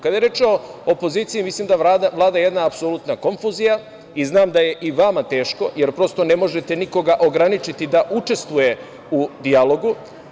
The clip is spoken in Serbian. Kada je reč o opoziciji, mislim da vlada jedna apsolutna konfuzija, i znam da je i vama teško, jer, prosto, ne možete nikoga ograničiti da učestvuje u dijalogu.